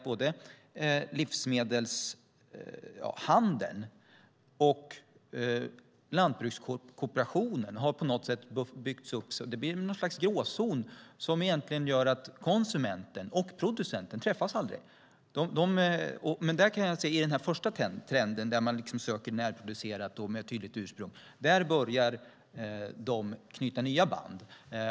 Både livsmedelshandeln och lantbrukskooperationen har byggts upp till en gråzon som gör att konsumenterna och producenterna aldrig träffas. Men i den första trenden där man söker närproducerat och med tydligt ursprung börjar dessa knyta nya band.